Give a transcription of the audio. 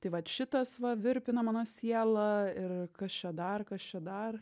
tai vat šitas va virpina mano sielą ir kas čia dar kas čia dar